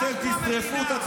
אתם קורעים את העם.